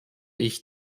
ich